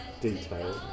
detail